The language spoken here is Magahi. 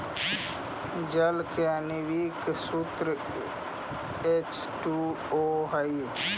जल के आण्विक सूत्र एच टू ओ हई